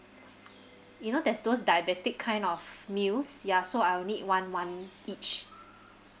you know there's those diabetic kind of meals ya so I'll need one one each